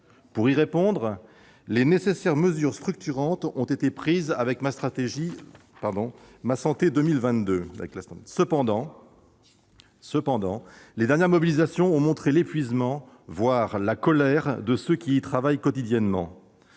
Pour y répondre, les nécessaires mesures structurantes ont été prises avec la stratégie Ma santé 2022. Cependant, les dernières mobilisations ont montré l'épuisement, voire la colère, de ceux qui travaillent quotidiennement